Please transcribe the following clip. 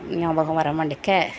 ஞாபகம் வரமாட்டிக்கே